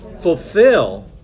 fulfill